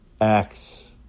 acts